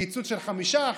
קיצוץ של 5%,